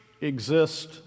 exist